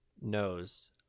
knows